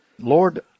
Lord